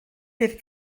bydd